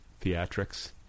theatrics